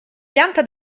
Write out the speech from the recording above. pianta